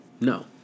no